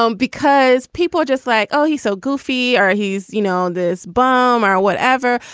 um because people are just like, oh, he's so goofy or ah he's, you know, this bomb or whatever.